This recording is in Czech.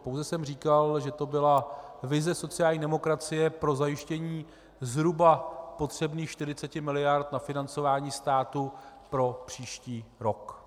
Pouze jsem říkal, že to byla vize sociální demokracie pro zajištění potřebných zhruba 40 mld. na financování státu pro příští rok.